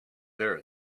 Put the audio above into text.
there